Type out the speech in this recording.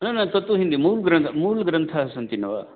न न तत्तु हिन्दीमूलग्रन्थः मूलग्रन्थाः सन्ति न वा